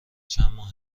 چندماه